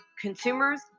consumers